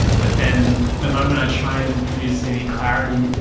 but then the moment i try and produce any clarity,